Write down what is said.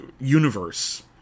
universe